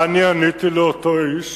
מה אני עניתי לאותו איש?